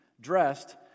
dressed